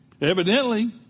evidently